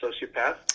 sociopath